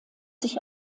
sich